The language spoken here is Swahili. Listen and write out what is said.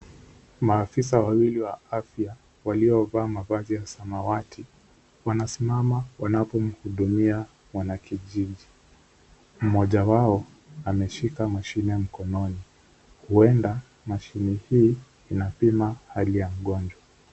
Maafisa wawili wa afya waliovaa mavazi ya samawati, wanasimama wanapomhudumia wanakijiji, mmoja wao wameshika mashine mkononi hwenda mashini hii inapima hali ya mgonjwa.